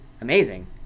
amazing